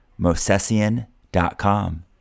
mosesian.com